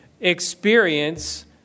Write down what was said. experience